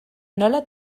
nola